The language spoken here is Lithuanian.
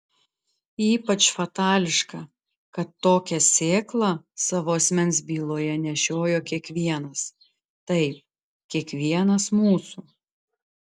ypač fatališka kad tokią sėklą savo asmens byloje nešiojo kiekvienas taip kiekvienas mūsų